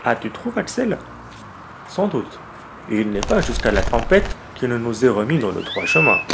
ah tu trouves axel sans doute et il n'est pas jusqu'à la tempête qui ne nous ait remis dans le droit chemin